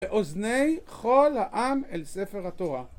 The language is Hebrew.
ואוזני כל העם אל ספר התורה.